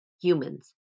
humans